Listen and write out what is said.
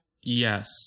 Yes